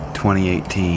2018